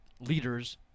leaders